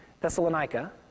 Thessalonica